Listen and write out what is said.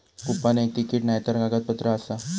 coupon एक ticket नायतर कागदपत्र आसा